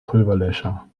pulverlöscher